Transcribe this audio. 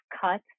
cut